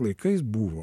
laikais buvo